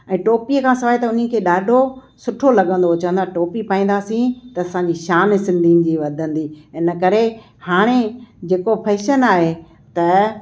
ऐं टोपीअ खां सवाइ त उन्हनि खे ॾाढो सुठो लॻंदो हुओ चवंदा टोपी पाईंदासीं त असांजी शान सिंधियुनि जी वधंदी इन करे हाणे जेको फैशन आहे त